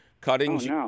Cuttings